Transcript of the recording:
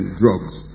drugs